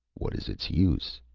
what is its use?